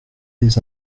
les